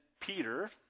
Peter